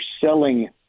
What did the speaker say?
selling